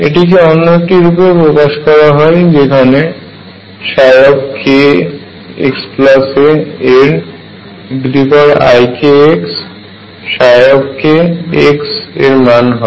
এটিকে অন্য একটি রূপেও প্রকাশ করা হয় যেখানে kxa এর eikak মান হয়